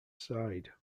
side